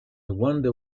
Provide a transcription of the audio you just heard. wonder